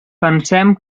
pensem